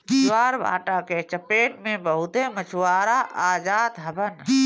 ज्वारभाटा के चपेट में बहुते मछुआरा आ जात हवन